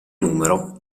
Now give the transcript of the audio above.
numero